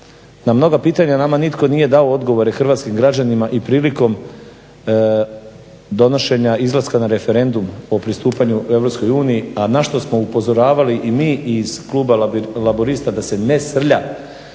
na mnoga pitanja nama nitko nije dao odgovore hrvatskim građanima i prilikom donošenja izlaska na referendum o pristupanju EU a na što smo upozoravali i mi iz kluba Laburista da se ne srlja.